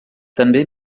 també